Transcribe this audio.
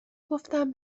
گفتم